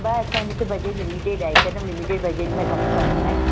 भाउ असांजे हिते बजेट लिमिटेड आहे हिकदमि लिमिटेड बजेट में असांखे करणो आहे